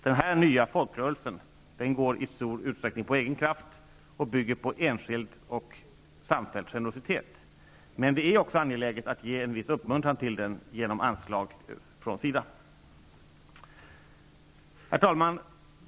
Den här nya folkrörelsen går i stor utsträckning på egen kraft och bygger på enskild och samfälld generositet. Men det är också angeläget att ge en viss uppmuntran till den genom anslag från SIDA. Herr talman!